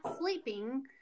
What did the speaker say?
sleeping